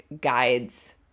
guides